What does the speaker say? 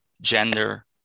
gender